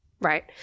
Right